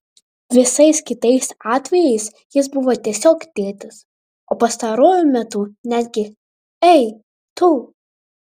visais kitais atvejais jis buvo tiesiog tėtis o pastaruoju metu netgi ei tu